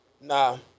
Nah